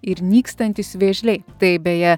ir nykstantys vėžliai tai beje